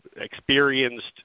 experienced